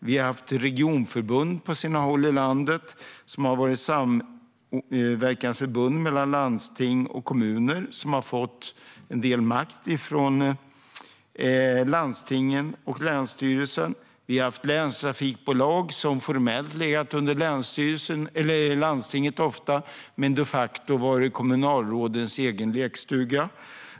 På sina håll i landet har vi haft regionförbund som har varit samverkansförbund mellan landsting och kommuner, som har fått en del makt från landstingen och länsstyrelsen. Vi har haft länstrafikbolag som formellt ofta har legat under landstinget men de facto varit kommunalrådens egen lekstuga.